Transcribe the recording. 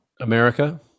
America